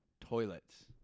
toilets